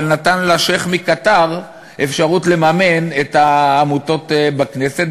אבל נתן לשיח' מקטאר אפשרות לממן את העמותות בכנסת,